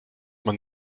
man